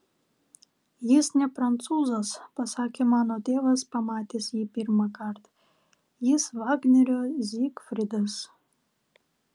jis ne prancūzas pasakė mano tėvas pamatęs jį pirmąkart jis vagnerio zygfridas